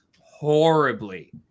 horribly